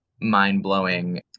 Mind-blowing